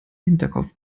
hinterkopf